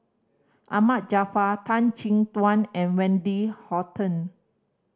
Ahmad Jaafar Tan Chin Tuan and Wendy Hutton